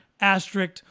asterisk